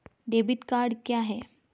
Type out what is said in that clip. Debit card क्या है?